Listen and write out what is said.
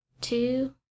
two